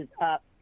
up